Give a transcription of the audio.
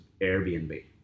airbnb